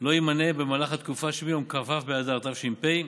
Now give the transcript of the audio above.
לא יימנה במהלך התקופה שמיום כ"ו באדר התש"ף,